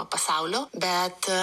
pasaulių bet